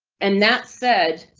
and that said.